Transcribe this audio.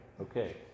Okay